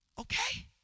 Okay